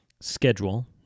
schedule